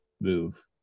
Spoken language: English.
move